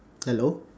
hello